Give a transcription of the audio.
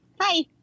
Hi